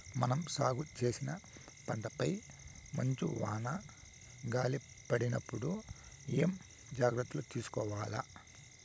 మనం సాగు చేసిన పంటపై మంచు, వాన, గాలి పడినప్పుడు ఏమేం జాగ్రత్తలు తీసుకోవల్ల?